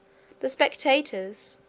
the spectators,